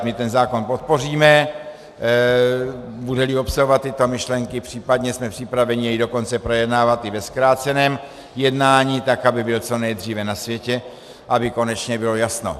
My ten zákon podpoříme, budeli obsahovat tyto myšlenky, případně jsme připraveni jej dokonce projednávat i ve zkráceném jednání, aby byl co nejdříve na světě, aby konečně bylo jasno.